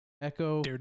Echo